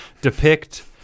depict